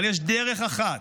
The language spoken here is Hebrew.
אבל יש דרך אחת,